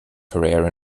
career